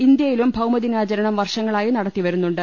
ഇന്ത്യയിലും ഭൌമദിനാചരണം വർഷ ങ്ങളായി നടത്തിവരുന്നുണ്ട്